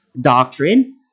doctrine